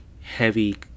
heavy